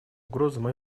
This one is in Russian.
угрозам